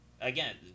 again